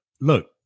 look